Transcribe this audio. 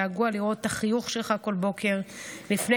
געגוע לראות את החיוך שלך כל בוקר לפני